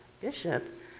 Bishop